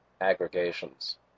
aggregations